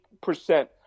percent